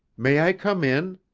may i come in?